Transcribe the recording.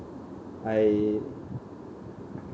I